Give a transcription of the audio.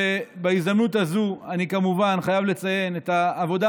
בהזדמנות הזאת אני כמובן חייב לציין את העבודה